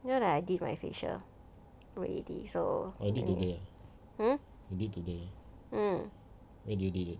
you know that I did my facial already so hmm mm